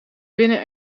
binnen